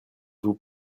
vous